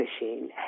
machine